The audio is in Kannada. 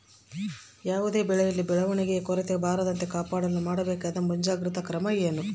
ಯಾವುದೇ ಬೆಳೆಯಲ್ಲಿ ಬೆಳವಣಿಗೆಯ ಕೊರತೆ ಬರದಂತೆ ಕಾಪಾಡಲು ಮಾಡಬೇಕಾದ ಮುಂಜಾಗ್ರತಾ ಕ್ರಮ ಏನು?